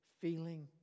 feeling